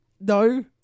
No